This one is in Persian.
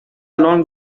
الان